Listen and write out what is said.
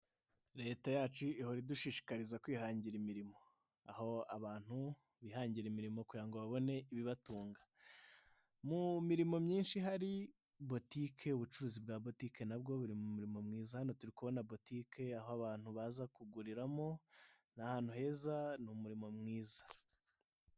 Leta yacu ihora idushishiriza kwihangira imirimo, aho abantu bihangira imirimo kugira ngo babone ibibatunga, mu mirimo myinshi ihari botike ubucuruzi bwa botike nabwo buri mu murimo mwiza, hano turi kubonabona botike, aho abantu baza kuguriramo, ni ahantu heza, ni umurimo mwiza.